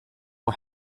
for